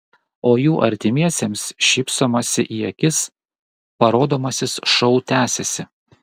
o jų artimiesiems šypsomasi į akis parodomasis šou tęsiasi